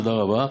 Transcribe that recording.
תודה רבה,